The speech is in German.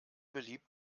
beliebt